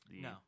No